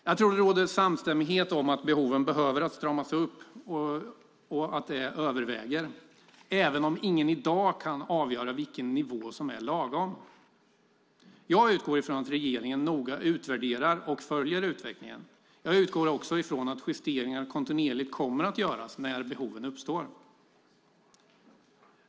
Jag tror att det råder samstämmighet om att behoven att strama upp regelverket överväger, även om ingen i dag kan avgöra vilken nivå som är lagom. Jag utgår ifrån att regeringen noga utvärderar och följer utvecklingen. Jag utgår också ifrån att justeringar kontinuerligt kommer att göras när behoven uppstår.